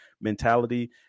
mentality